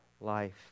life